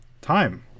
Time